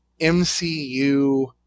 MCU